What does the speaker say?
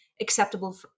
acceptable